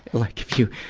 like if you,